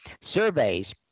surveys